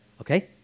Okay